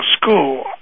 school